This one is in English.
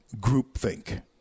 groupthink